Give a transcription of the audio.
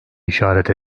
işaret